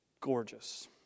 gorgeous